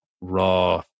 raw